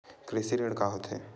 कृषि ऋण का होथे?